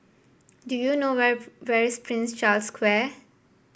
do you know where where is Prince Charles Square